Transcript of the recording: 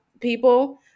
people